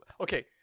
Okay